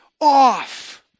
off